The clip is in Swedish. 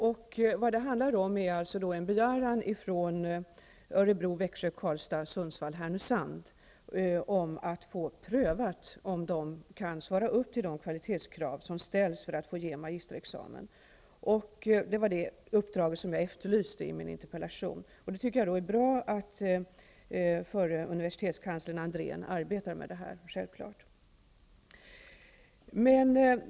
Vad det alltså handlar om är en begäran från högskolorna i Örebro, Växjö, Karlstad och Sundsvall/Härnösand om att få prövat om de kan uppfylla de kvalitetskrav som ställs för att få ge magisterexamen. Det var detta uppdrag som jag efterlyste i min interpellation. Jag tycker självfallet att det är bra att förre universitetskanslern Andrén nu arbetar med detta.